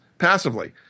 passively